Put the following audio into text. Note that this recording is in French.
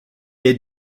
est